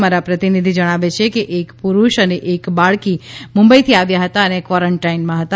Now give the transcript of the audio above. અમાર પ્રતિનિધિ જણાવે છે કે એક પુરૂષ અને એક બાળકી મુંબઈથી આવ્યા હતા અને ક્વોરન્ટાઇનમાં હતા